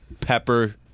pepper